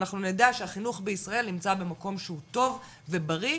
אנחנו נדע שהחינוך בישראל נמצא במקום שהוא טוב ושהוא בריא,